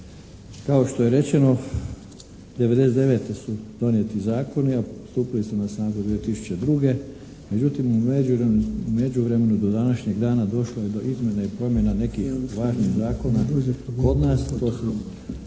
Kao što je rečeno '99. su donijeti zakoni, a stupili su na snagu 2002. Međutim, u međuvremenu do današnjeg dana došlo je do izmjena i promjena nekih u usvajanju zakona kod nas